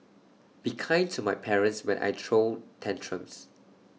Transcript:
be kind to my parents when I throw tantrums